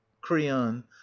creon